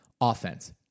Offense